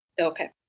Okay